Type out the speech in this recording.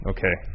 Okay